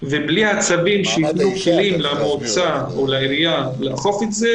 ובלי הצווים שייתנו כלים למועצה או לעירייה לאכוף את זה,